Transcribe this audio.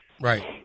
Right